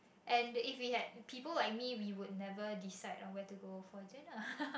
and if we had people like me we would never decide on where to go for dinner